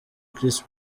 chris